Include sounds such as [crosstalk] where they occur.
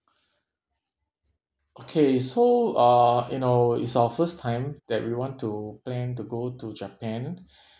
[breath] okay so uh you know it's our first time that we want to plan to go to japan [breath]